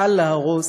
קל להרוס,